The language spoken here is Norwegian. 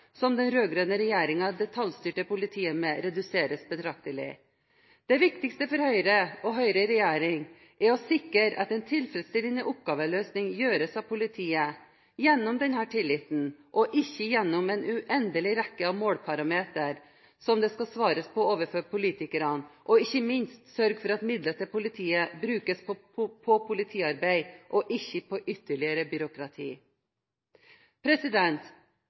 som den rød-grønne regjeringen detaljstyrte politiet med, reduseres betraktelig. Det viktigste for Høyre, og Høyre i regjering er å sikre at en tilfredsstillende oppgaveløsning gjøres av politiet gjennom denne tilliten og ikke gjennom en uendelig rekke av målparametre som det skal svares på overfor politikerne, og – ikke minst – sørge for at midler til politiet brukes på politiarbeid og ikke på ytterligere